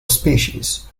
species